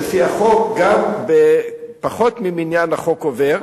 שלפי החוק גם בפחות ממניין החוק עובר.